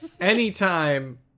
Anytime